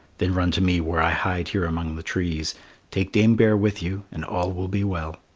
then run to me where i hide here among the trees take dame bear with you, and all will be well.